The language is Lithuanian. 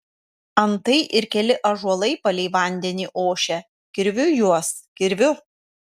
antai ir keli ąžuolai palei vandenį ošia kirviu juos kirviu